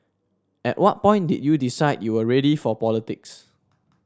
at what point did you decide you were ready for politics